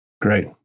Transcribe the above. Great